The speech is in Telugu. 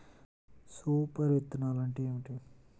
సూపర్ విత్తనాలు అంటే ఏమిటి?